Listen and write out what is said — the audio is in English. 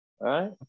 Right